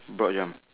broad jump